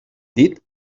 dit